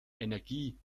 energie